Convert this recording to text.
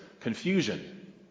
confusion